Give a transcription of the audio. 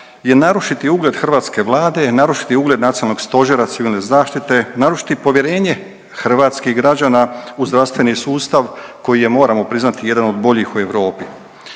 je narušiti ugled hrvatske Vlade, narušiti ugled Nacionalnog stožera Civilne zaštite, narušiti povjerenje hrvatskih građana u zdravstveni sustav koji je moramo priznati jedan od boljih u Europi.